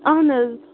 اہن حظ